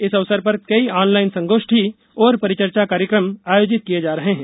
इस अवसर पर कई ऑनलाइन संगोष्ठी और परिचर्चा कार्यक्रम आयोजित किये जा रहे हैं